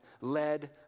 led